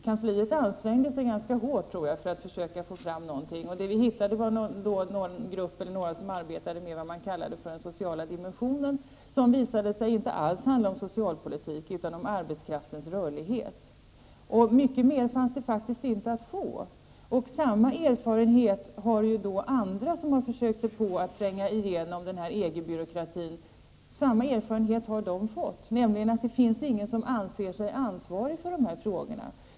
Kansliet ansträngde sig ganska hårt, tror jag, för att få fram någonting och hittade några som arbetade med vad man kallade för den sociala dimensionen. Det visade sig inte alls handla om socialpolitik utan om arbetskraftens rörlighet. Mycket mer fanns det faktiskt inte att få. Samma erfarenhet har gjorts av andra som försökt sig på att tränga igenom EG-byråkratin, nämligen att det finns ingen som ansvarar för de här frågorna.